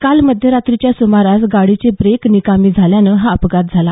काल मध्यरात्रीच्या सुमारास गाडीचे ब्रेक निकामी झाल्यानं हा अपघात झाला